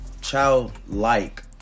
childlike